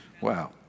Wow